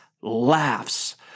laughs